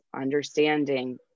understanding